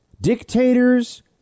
dictators